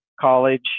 college